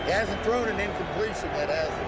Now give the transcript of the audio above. hasn't thrown an incompletion yet ah